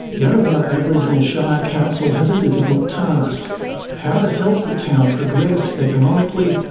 yarrabah aboriginal shire council has a difficult task how to help the town progress economically,